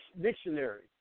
dictionary